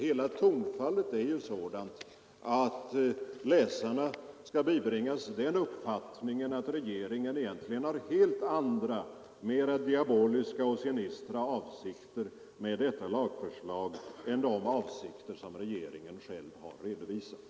Hela tonfallet är sådant att läsarna skall bibringas den uppfattningen att regeringen egentligen har helt andra, mer diaboliska och sinistra avsikter med detta lagförslag än de avsikter som regeringen själv har redovisat.